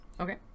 Okay